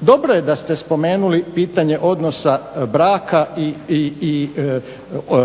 dobro je da ste spomenuli pitanje odnosa braka i